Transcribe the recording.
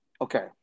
Okay